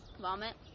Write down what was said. Vomit